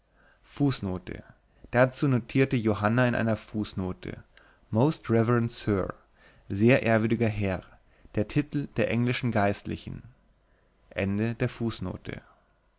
dazu notierte johanna in einer fußnote most reverend sir sehr ehrwürdiger herr der titel der englischen geistlichen